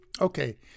Okay